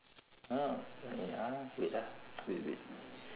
know wait ah wait ah wait wait